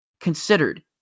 considered